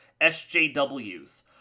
SJWs